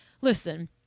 Listen